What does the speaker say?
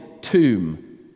tomb